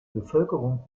bevölkerung